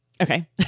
okay